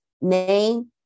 name